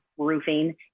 roofing